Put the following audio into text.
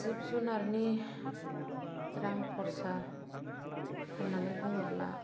जिब जुनारनि रां खरसा होननानै बुङोब्ला